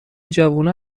جوونا